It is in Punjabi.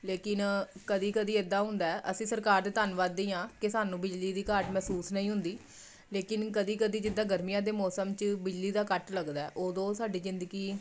ਲੇਕਿਨ ਕਦੀ ਕਦੀ ਇੱਦਾਂ ਹੁੰਦਾ ਅਸੀਂ ਸਰਕਾਰ ਦੇ ਧੰਨਵਾਦੀ ਹਾਂ ਕਿ ਸਾਨੂੰ ਬਿਜਲੀ ਦੀ ਘਾਟ ਮਹਿਸੂਸ ਨਹੀਂ ਹੁੰਦੀ ਲੇਕਿਨ ਕਦੀ ਕਦੀ ਜਿੱਦਾਂ ਗਰਮੀਆਂ ਦੇ ਮੌਸਮ 'ਚ ਬਿਜਲੀ ਦਾ ਕੱਟ ਲੱਗਦਾ ਉਦੋਂ ਸਾਡੀ ਜ਼ਿੰਦਗੀ